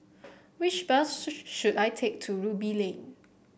which bus show should I take to Ruby Lane